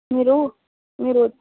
మీరు మీరు